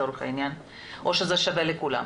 או שזה שווה לכולם.